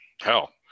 Hell